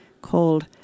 called